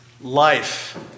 life